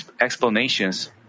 explanations